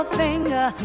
finger